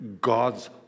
God's